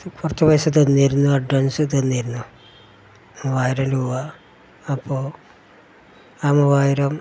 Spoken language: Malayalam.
കുറച്ച് പൈസ തന്നിരുന്നു അഡ്വാൻസ് തന്നിരുന്നു മൂവായിരം രൂപ അപ്പോൾ ആ മൂവായിരം